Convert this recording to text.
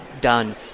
done